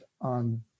on